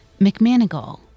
McManigal